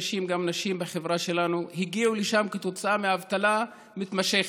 גם נשים בחברה שלנו הגיעו לשם כתוצאה מאבטלה מתמשכת,